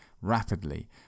rapidly